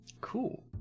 Cool